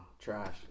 Trash